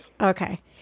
Okay